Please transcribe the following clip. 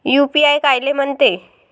UPI कायले म्हनते?